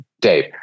Dave